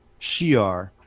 Shi'ar